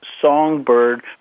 Songbird